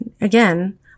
Again